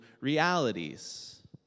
realities